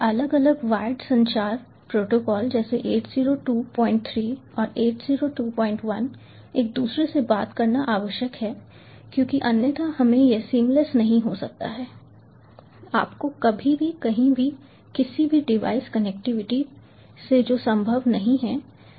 अलग अलग वायर्ड संचार प्रोटोकॉल जैसे 8023 और 8021 एक दूसरे से बात करना आवश्यक है क्योंकि अन्यथा हमें यह सीमलेस नहीं हो सकता है आपको कभी भी कहीं भी किसी भी डिवाइस कनेक्टिविटी से जो संभव नहीं है